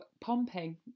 pumping